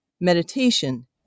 meditation